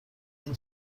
این